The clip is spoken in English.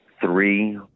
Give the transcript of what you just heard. three